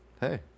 Hey